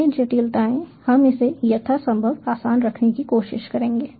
अन्य जटिलताएँ हम इसे यथासंभव आसान रखने की कोशिश करेंगे